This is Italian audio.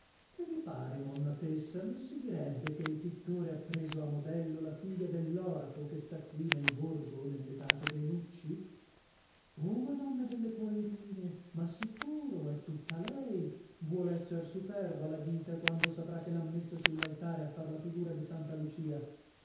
che vi pare monna tessa non si direbbe die il pittore ha preso a modello la figlia dell'orafo che sta qui nel borgo nelle case dei nucci o madonna delle poerine ma sicuro è tutta lei vuol essere superba la ghita quando saprà che l'han messa sull'altare a far la figura di santa lucia